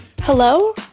Hello